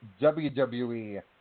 WWE